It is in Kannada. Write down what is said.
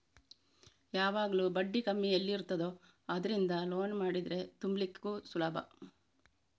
ಯಾವಾಗ್ಲೂ ಬಡ್ಡಿ ಕಮ್ಮಿ ಎಲ್ಲಿ ಇರ್ತದೋ ಅದ್ರಿಂದ ಲೋನ್ ಮಾಡಿದ್ರೆ ತುಂಬ್ಲಿಕ್ಕು ಸುಲಭ